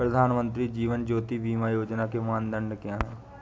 प्रधानमंत्री जीवन ज्योति बीमा योजना के मानदंड क्या हैं?